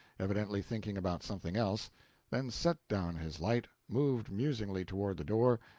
evidently thinking about something else then set down his light, moved musingly toward the door,